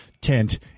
tent